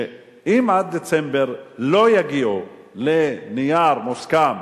שאם עד דצמבר לא יגיעו לנייר מוסכם